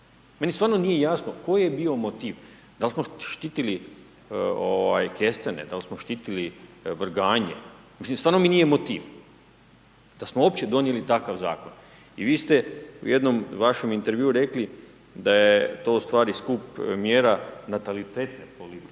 meni stvarno nije jasno koji je bio motiv. Da li smo štitili ovaj kestene, dal smo štitili vrganje, mislim stvarno mi nije motiv da smo opće donijeli takav zakon. I vi ste u jednom vašem intervjuu rekli da je to u stvari skup mjera natalitetne politike,